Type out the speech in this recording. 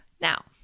Now